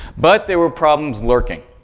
but there were problems lurking.